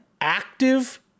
active